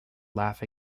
laugh